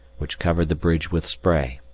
which covered the bridge with spray.